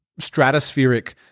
stratospheric